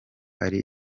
ari